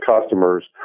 customers